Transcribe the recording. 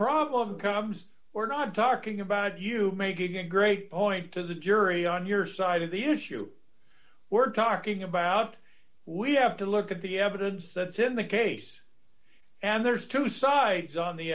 problem comes we're not talking about you making a great point to the jury on your side of the issue we're talking about we have to look at the evidence that's in the case and there's two sides on the